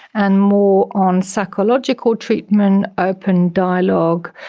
and more on psychological treatment, open dialogue,